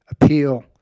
appeal